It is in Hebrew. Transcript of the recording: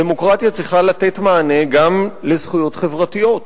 דמוקרטיה צריכה לתת מענה גם לזכויות חברתיות.